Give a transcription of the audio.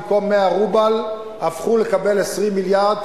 במקום 100 רובל החלו לקבל 20 מיליארד.